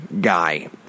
guy